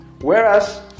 whereas